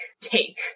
take